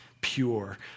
pure